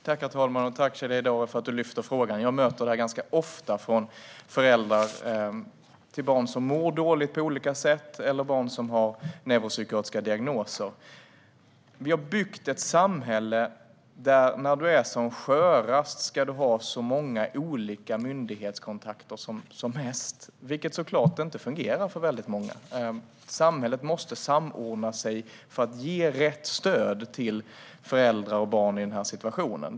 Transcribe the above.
Herr talman! Tack för att du lyfter fram denna fråga, Shadiye Heydari! Jag möter detta ganska ofta från föräldrar till barn som mår dåligt på olika sätt eller har neuropsykiatriska diagnoser. Vi har byggt ett samhälle där man ska ha som flest olika myndighetskontakter när man är som skörast, vilket såklart inte fungerar för väldigt många. Samhället måste samordna sig för att ge rätt stöd till föräldrar och barn i den här situationen.